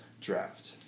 draft